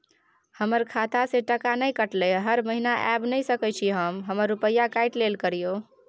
हमर खाता से टका नय कटलै हर महीना ऐब नय सकै छी हम हमर रुपिया काइट लेल करियौ?